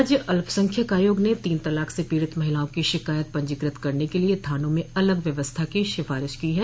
राज्य अल्पसंख्यक आयोग ने तीन तलाक से पीड़ित महिलाओं की शिकायत पंजीकृत करने के लिये थानों में अलग व्यवस्था की सिफारिश की है